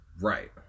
Right